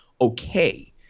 okay